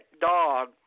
dog